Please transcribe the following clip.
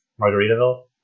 Margaritaville